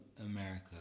America